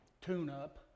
tune-up